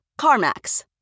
CarMax